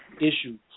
issues